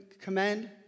commend